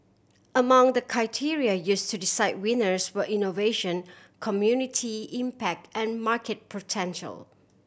among the criteria use to decide winners were innovation community impact and market potential